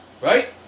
Right